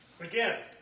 Again